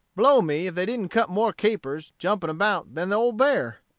blow me, if they didn't cut more capers, jumping about, than the old bear.